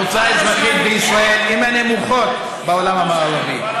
ההוצאה האזרחית בישראל היא מהנמוכות בעולם המערבי.